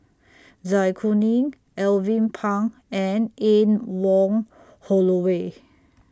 Zai Kuning Alvin Pang and Anne Wong Holloway